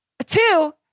Two